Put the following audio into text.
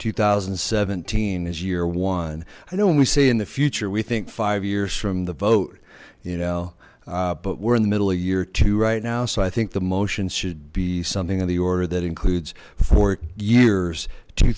two thousand and seventeen as year one i don't we see in the future we think five years from the boat you know we're in the middle of the year two right now so i think the motions should be something in the order that includes four years two